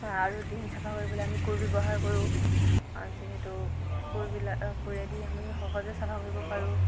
আৰু ড্ৰে'ন চফা কৰিবলৈ আমি কোৰ ব্যৱহাৰ কৰো যিহেতু কোৰবিলাক কোৰেদি আমি সহজে চফা কৰিব পাৰোঁ